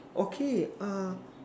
okay uh